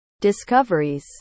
discoveries